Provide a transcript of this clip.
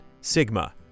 Sigma